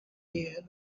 year